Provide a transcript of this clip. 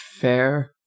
fair